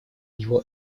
его